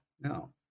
No